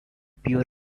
pure